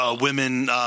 Women